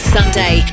Sunday